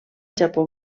japó